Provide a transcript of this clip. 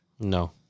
No